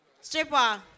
Stripper